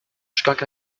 stand